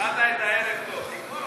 התחלת את הערב טוב, תגמור אותו.